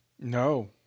No